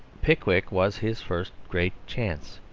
pickwick was his first great chance.